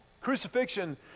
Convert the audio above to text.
Crucifixion